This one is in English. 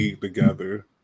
together